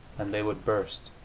and they would burst.